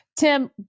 Tim